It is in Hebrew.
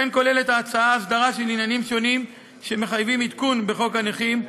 כמו כן כוללת ההצעה הסדרה של עניינים שונים שמחייבים עדכון בחוק הנכים,